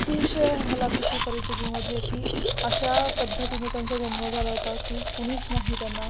अतिशय हलाकीची परिस्थितीमधे की अशा पद्धतीने त्यांचा जन्म झाला होता की कुणीच नाही त्यांना